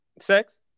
Sex